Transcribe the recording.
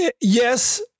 yes